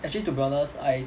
actually to be honest I